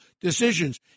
decisions